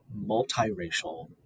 multiracial